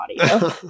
audio